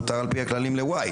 מותר על פי הכללים ל-Y.